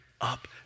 up